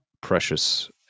precious